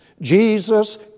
Jesus